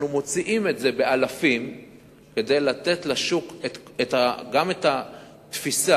אנחנו מוציאים את זה באלפים כדי לתת לשוק גם את התפיסה